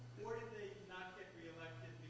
not get re-elected